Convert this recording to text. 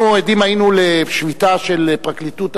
אנחנו היינו עדים לשביתה של פרקליטי